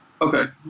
Okay